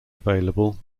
available